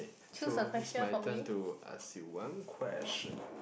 so it's my turn to ask you one question